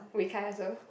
Wei Kai also